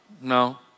No